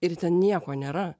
ir ten nieko nėra